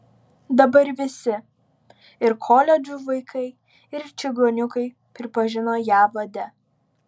dabar visi ir koledžų vaikai ir čigoniukai pripažino ją vade